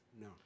No